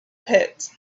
pit